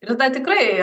ir tada tikrai